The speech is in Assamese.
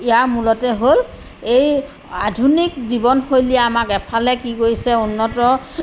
ইয়াৰ মূলতে হ'ল এই আধুনিক জীৱনশৈলীয়ে আমাক এফালে কি কৰিছে উন্নত